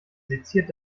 seziert